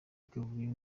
kavuyo